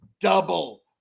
Double